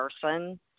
person